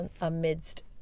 amidst